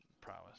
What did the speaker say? prowess